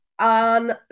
On